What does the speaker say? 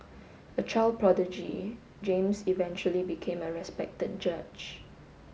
a child prodigy James eventually became a respected judge